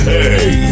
Hey